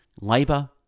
Labour